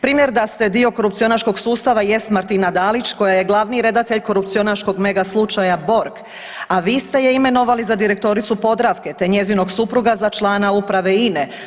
Primjer da ste dio korupcionaškog sustava jest Martina Dalić koja je glavni redatelj korupcionaškog mega slučaja Borg, a vi ste je imenovali za direktoricu Podravke, te njezinog supruga za člana uprave INA-e.